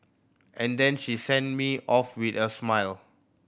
and then she sent me off with a smile